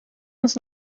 uns